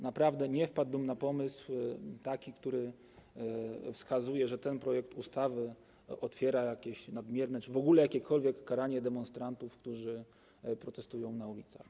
Naprawdę nie wpadłbym na pomysł, który wskazuje, że ten projekt ustawy otwiera jakieś nadmierne czy w ogóle jakiekolwiek karanie demonstrantów, którzy protestują na ulicach.